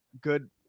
good